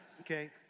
okay